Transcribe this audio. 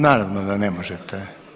Naravno da ne možete.